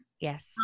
yes